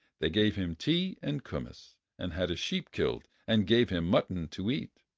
they gave him tea and kumiss, and had a sheep killed, and gave him mutton to eat.